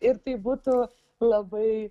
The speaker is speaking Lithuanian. ir tai būtų labai